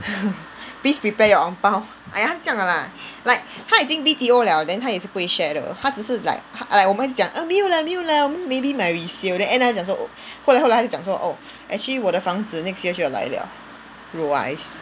please prepare your ang bao !aiya! 她是这样的 lah like 她已经 B_T_O liao then 她也是不会 share 的她只是 like !aiya! 我们讲没有 lah 没有 lah 我们 maybe 我们卖 resale then end up 她就讲说后来后来她就讲说 oh actually 我的房子 next year 就要来 liao oh wise